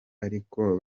ariko